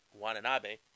Wananabe